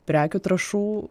prekių trąšų